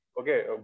Okay